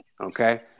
Okay